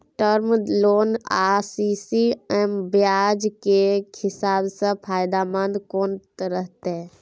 Term loan आ CC म ब्याज के हिसाब से फायदेमंद कोन रहते?